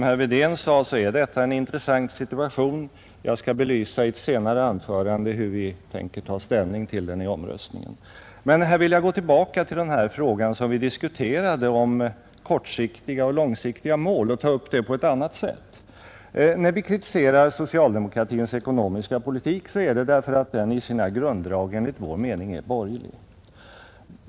Herr talman! Anledningen till att vi kritiserar socialdemokratins ekonomiska politik är att den enligt vår mening i sina grunddrag är borgerlig.